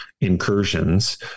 incursions